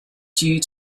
due